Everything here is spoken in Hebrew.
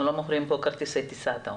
אנחנו לא מוכרים פה כרטיסי טיסה, אתה אומר.